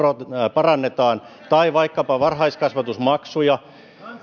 parannetaan ja vaikkapa varhaiskasvatusmaksuja